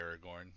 Aragorn